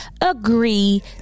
agree